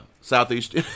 southeast